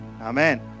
Amen